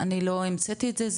אני לא המצאתי את זה,